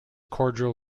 cordial